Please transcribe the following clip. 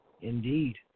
indeed